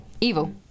Evil